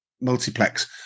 multiplex